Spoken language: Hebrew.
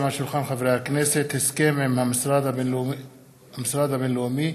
הסכם עם המשרד הבין-לאומי